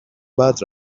بعد